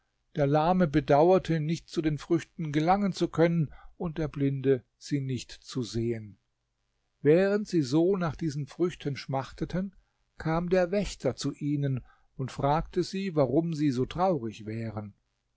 der lahme bedauerte nicht zu den früchten gelangen zu können und der blinde sie nicht zu sehen während sie so nach diesen früchten schmachteten kam der wächter zu ihnen und fragte sie warum sie so traurig wären